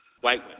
white